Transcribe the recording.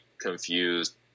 confused